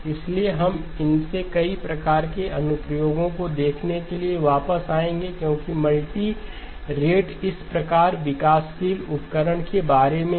इसलिए हम इनमें से कई प्रकार के अनुप्रयोगों को देखने के लिए वापस आएंगे क्योंकि मल्टीरेट इस प्रकार के विकासशील उपकरण के बारे में है